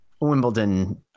Wimbledon